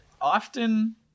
Often